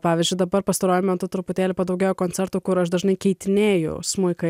pavyzdžiui dabar pastaruoju metu truputėlį padaugėjo koncertų kur aš dažnai keitinėjau smuiką